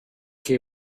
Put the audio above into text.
che